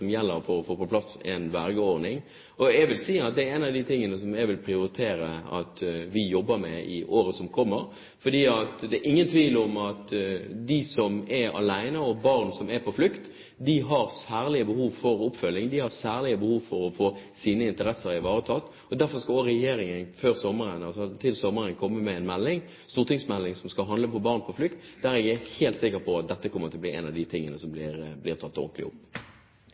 året som kommer, for det er ingen tvil om at de som er alene, og barn som er på flukt, har særlige behov for oppfølging, de har særlige behov for å få sine interesser ivaretatt. Derfor skal også regjeringen til sommeren komme med en stortingsmelding som skal handle om barn på flukt, og jeg er helt sikker på at der kommer dette til å bli en av de tingene som blir tatt ordentlig opp.